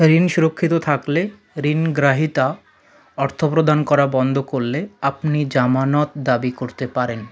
ঋণ সুরক্ষিত থাকলে ঋণগ্রহীতা অর্থপ্রদান করা বন্ধ করলে আপনি জামানত দাবি করতে পারেন